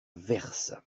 verse